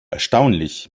erstaunlich